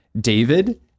david